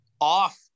off